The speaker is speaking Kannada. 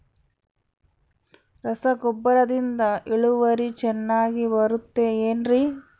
ರಸಗೊಬ್ಬರದಿಂದ ಇಳುವರಿ ಚೆನ್ನಾಗಿ ಬರುತ್ತೆ ಏನ್ರಿ?